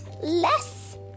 less